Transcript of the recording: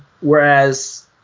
whereas